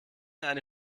eine